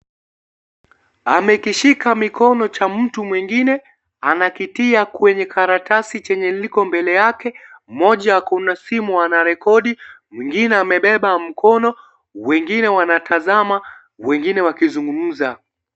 Amekishika mikono cha mtu mwingine anakitia kwenye karatasi chenye liko mbele yake, mmoja kuna simu anarekodi mwingine amebeba mkono, wengine wanatazama , wengine wakizungumza.